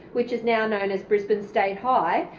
which is now known as brisbane state high,